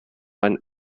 ein